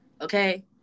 okay